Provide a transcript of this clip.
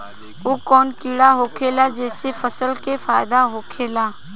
उ कौन कीड़ा होखेला जेसे फसल के फ़ायदा होखे ला?